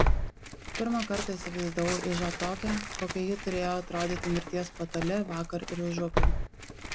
pirmą kartą įsivaizdavau ižą tokią kokia ji turėjo atrodyti mirties patale vakar ir užvakar